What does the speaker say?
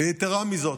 יתרה מזו,